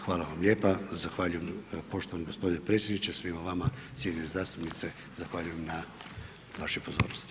Hvala vam lijepa, zahvaljujem poštovani gospodine predsjedniče, svima vama cijenjene zastupnice zahvaljujem na vašoj pozornosti.